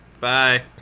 Bye